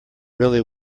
really